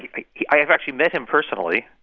like he i have actually met him personally,